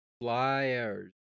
Flyers